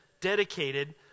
dedicated